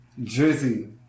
Drizzy